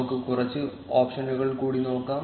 നമുക്ക് കുറച്ച് ഓപ്ഷനുകൾ കൂടി നോക്കാം